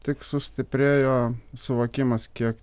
tik sustiprėjo suvokimas kiek